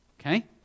Okay